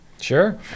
sure